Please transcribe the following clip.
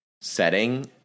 setting